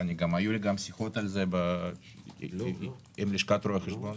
היו לי שיחות על זה עם לשכת רואי החשבון.